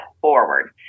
forward